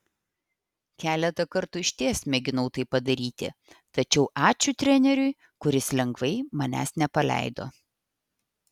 keletą kartų išties mėginau tai padaryti tačiau ačiū treneriui kuris lengvai manęs nepaleido